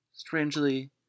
Strangely